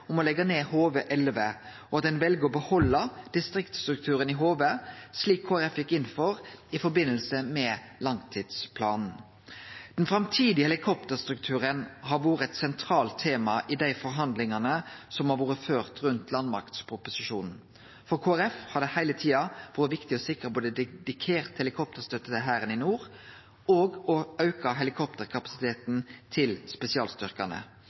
om å leggje ned HV-11, og at ein vel å behalde distriktsstrukturen i HV, slik Kristeleg Folkeparti gjekk inn for i forbindelse med langtidsplanen. Den framtidige helikopterstrukturen har vore eit sentralt tema i dei forhandlingane som har vore førte rundt landmaktproposisjonen. For Kristeleg Folkeparti har det heile tida vore viktig å sikre både dedikert helikopterstøtte til Hæren i nord og å auke helikopterkapasiteten til spesialstyrkane.